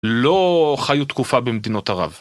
לא... חיו תקופה במדינות ערב.